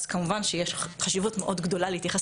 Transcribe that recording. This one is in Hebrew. אז כמובן שיש חשיבות מאוד גדולה להתייחס